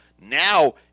Now